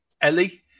Ellie